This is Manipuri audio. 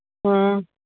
ꯑ